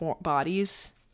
bodies